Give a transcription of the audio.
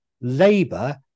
Labour